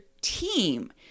team